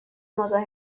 مزاحم